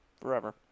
forever